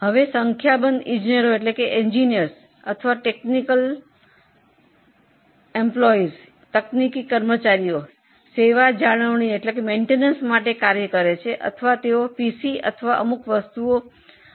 ઘણા બધા engineer technician PC service અથવા એસેમ્બલ કરે છે